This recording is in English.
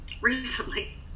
recently